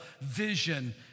vision